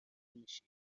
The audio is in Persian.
میشی